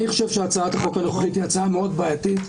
אני חושב שהצעת החוק הנוכחית היא הצעה מאוד בעייתית.